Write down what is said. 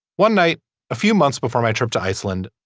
one night a few months before my trip to iceland.